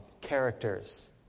characters